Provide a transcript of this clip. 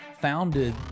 founded